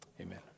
amen